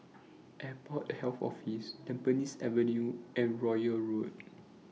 Airport Health Office Tampines Avenue and Royal Road